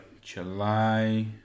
july